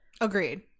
agreed